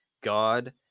God